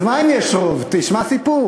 אז מה אם יש רוב, תשמע סיפור.